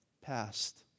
past